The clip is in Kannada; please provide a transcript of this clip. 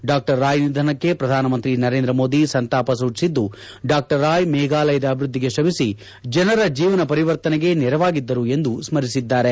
ಡಾ ರಾಯ್ ನಿಧನಕ್ಕೆ ಪ್ರಧಾನಮಂತ್ರಿ ನರೇಂದ್ರ ಮೋದಿ ಸಂತಾಪ ಸೂಚಿಸಿದ್ದು ಡಾ ರಾಯ್ ಮೇಘಾಲಯದ ಅಭಿವೃದ್ದಿಗೆ ಶ್ರಮಿಸಿ ಜನರ ಜೀವನ ಪರಿವರ್ತನೆಗೆ ನೆರವಾಗಿದ್ದರು ಎಂದು ಸ್ತರಿಸಿದ್ದಾರೆ